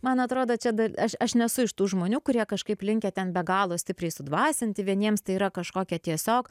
man atrodo čia aš aš nesu iš tų žmonių kurie kažkaip linkę ten be galo stipriai sudvasinti vieniems tai yra kažkokia tiesiog